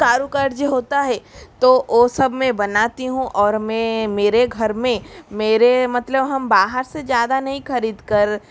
कारोकाड जो होता हे तो वह सब मैं बनाती हूँ और में मेरे घर में मेरे मतलब हम बाहर से ज़्यादा नहीं ख़रीदकर